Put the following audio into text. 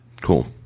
Cool